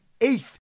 eighth